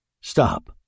Stop